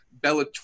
Bellator